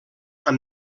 amb